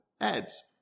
ads